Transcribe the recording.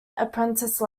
apprentice